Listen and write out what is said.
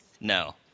No